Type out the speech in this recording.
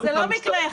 זה לא מקרה אחד.